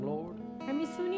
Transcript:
Lord